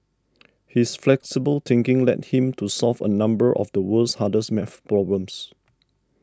his flexible thinking led him to solve a number of the world's hardest math problems